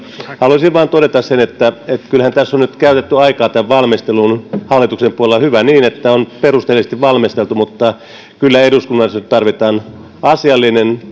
halusin vain todeta sen että kyllähän tässä on nyt käytetty aikaa tämän valmisteluun hallituksen puolella hyvä niin että on perusteellisesti valmisteltu mutta kyllä eduskunnassa nyt tarvitaan asiallinen